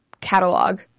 catalog